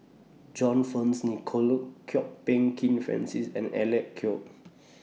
John Fearns Nicoll Kwok Peng Kin Francis and Alec Kuok